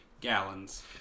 Gallons